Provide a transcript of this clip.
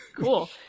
Cool